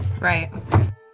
right